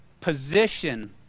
position